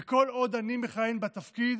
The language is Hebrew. וכל עוד אני מכהן בתפקיד,